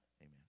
Amen